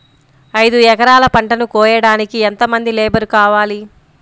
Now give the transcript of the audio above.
ఐదు ఎకరాల పంటను కోయడానికి యెంత మంది లేబరు కావాలి?